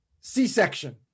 C-section